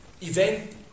event